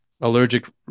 allergic